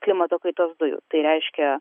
klimato kaitos dujų tai reiškia